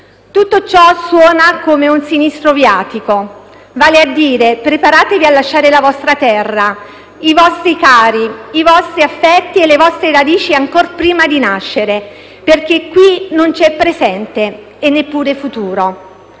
Tutto ciò suona come un sinistro viatico; vale a dire: preparatevi a lasciare la vostra terra, i vostri cari, i vostri affetti e le vostre radici ancor prima di nascere, perché qui non c'è presente e neppure futuro.